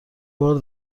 بار